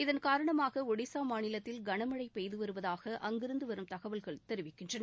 இதன் காரணமாக ஒடிஸா மாநிலத்தில் கனமனழ பெய்து வருவதாக அங்கிருந்து வரும் தகவல்கள் தெரிவிக்கின்றன